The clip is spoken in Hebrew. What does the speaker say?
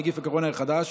נגיף הקורונה החדש)